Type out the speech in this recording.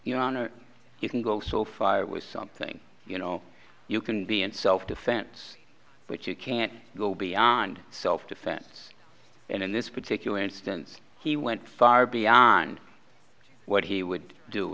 know you can go so far with something you know you can be in self defense but you can't go beyond self defense and in this particular instance he went far beyond what he would do